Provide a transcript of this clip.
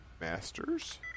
Masters